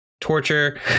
torture